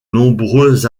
nombreux